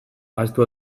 ahaztu